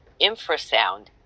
infrasound